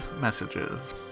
messages